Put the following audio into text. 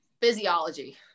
Physiology